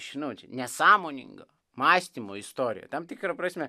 žinau čia nesąmoningo mąstymo istorija tam tikra prasme